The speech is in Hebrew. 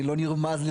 לא נרמז לי,